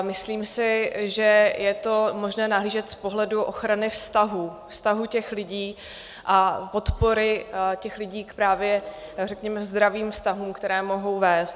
Myslím si, že je to možné nahlížet z pohledu ochrany vztahů, vztahů těch lidí a podpory těch lidí právě ke zdravým vztahům, které mohou vést.